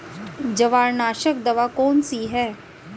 जवारनाशक दवा कौन सी है?